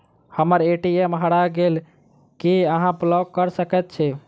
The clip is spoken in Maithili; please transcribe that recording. हम्मर ए.टी.एम हरा गेल की अहाँ ब्लॉक कऽ सकैत छी?